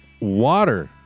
water